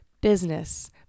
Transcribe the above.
business